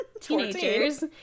teenagers